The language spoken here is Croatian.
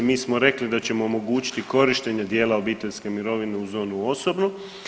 Mi smo rekli da ćemo omogućiti korištenje dijela obiteljske mirovine uz onu osobnu.